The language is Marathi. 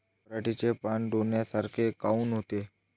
पराटीचे पानं डोन्यासारखे काऊन होते?